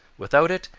without it,